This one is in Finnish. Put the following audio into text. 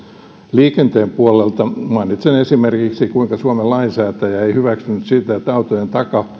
liikenteen puolelta mainitsen esimerkiksi kuinka suomen lainsäätäjä ei hyväksynyt sitä että autojen